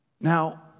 Now